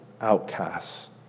outcasts